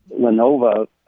Lenovo